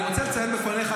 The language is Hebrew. אני רוצה לציין בפניך,